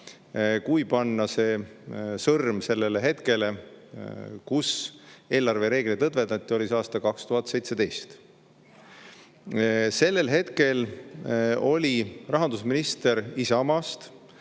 Kui panna sõrm sellele hetkele, kui eelarvereegleid lõdvendati, oli aasta 2017. Sellel hetkel oli rahandusminister Isamaast.